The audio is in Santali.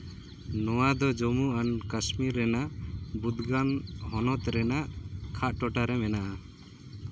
ᱱᱚᱣᱟ ᱫᱚ ᱡᱚᱢᱢᱩ ᱟᱨ ᱠᱟᱥᱢᱤᱨ ᱨᱮᱱᱟᱜ ᱵᱩᱫᱜᱟᱱ ᱦᱚᱱᱚᱛ ᱨᱮᱱᱟᱜ ᱠᱷᱟᱴ ᱴᱚᱴᱷᱟᱨᱮ ᱢᱮᱱᱟᱜᱼᱟ